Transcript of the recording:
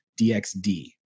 dxd